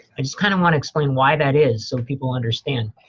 i just kind of wanna explain why that is so people understand.